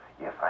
Yes